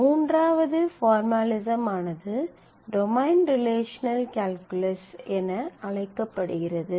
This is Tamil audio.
மூன்றாவது பார்மலிசமானது டொமைன் ரிலேஷனல் கால்குலஸ் என அழைக்கப்படுகிறது